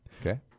Okay